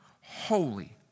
holy